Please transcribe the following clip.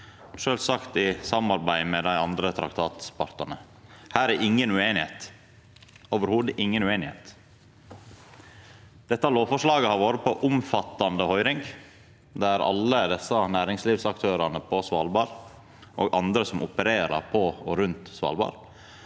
sjølvsagt i samarbeid med dei andre traktatspartane. Her er det inga ueinigheit – inga ueinigheit i det heile. Dette lovforslaget har vore på omfattande høyring, der alle næringslivsaktørane på Svalbard og andre som opererer på og rundt Svalbard,